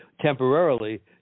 temporarily